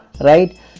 right